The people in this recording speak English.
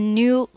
new